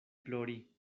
plori